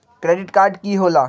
Credit card की होला?